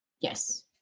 yes